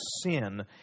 sin